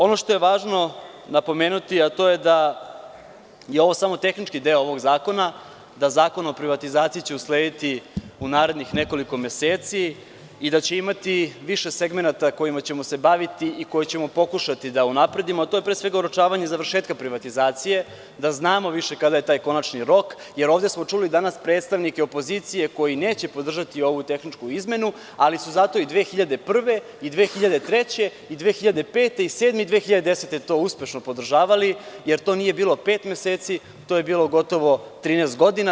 Ono što je važno napomenuti, a to je da je ovo samo tehnički deo ovog zakona, da Zakon o privatizaciji će uslediti u narednih nekoliko meseci i da će imati više segmenata kojima ćemo se baviti i koje ćemo pokušati da unapredimo, a to je pre svega oročavanje završetka privatizacije, da znamo više kada je taj konačni rok, jer ovde smo danas čuli predstavnike opozicije koji neće podržati ovu tehničku izmenu, ali su zato i 2001. godine i 2003. godine i 2005. i 2007. i 2010. godine to uspešno podržavali, jer to nije bilo pet meseci, to je bilo gotovo 13 godina.